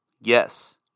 Yes